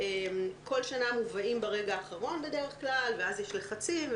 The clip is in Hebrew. בכל שנה מובאים ברגע האחרון בדרך כלל ואז יש לחצים.